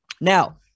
Now